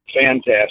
Fantastic